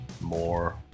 more